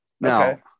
Now